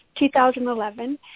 2011